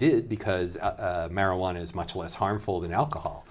did because marijuana is much less harmful than alcohol